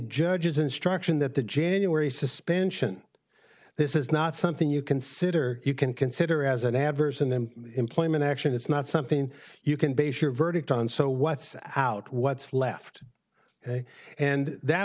judge's instruction that the january suspension this is not something you consider you can consider as an adverse and then employment action it's not something you can base your verdict on so what's out what's left and that